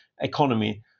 economy